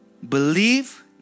believe